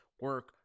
Work